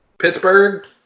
Pittsburgh